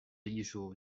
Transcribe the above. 艺术